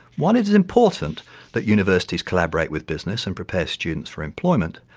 while it is important that universities collaborate with business and prepare students for employment,